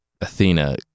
Athena